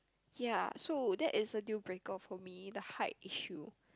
ya so that is the deal breaker for me the height issue